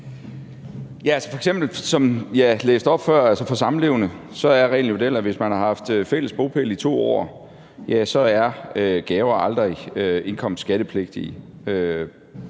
Bødskov): Som jeg læste op før, er reglen for samlevende jo den, at hvis man har haft fælles bopæl i 2 år, ja, så er gaver aldrig indkomstskattepligtige.